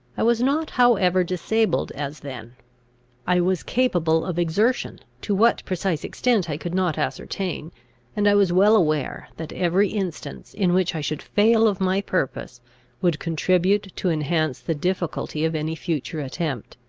i was not however disabled as then i was capable of exertion, to what precise extent i could not ascertain and i was well aware, that every instance in which i should fail of my purpose would contribute to enhance the difficulty of any future attempt.